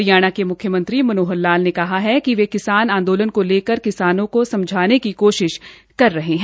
हरियाणा के मुख्यमंत्री मनोहर लाल ने कहा है कि वह किसान आंदोलन को लेकर किसानों को समझाने की कोशिश कर रहे है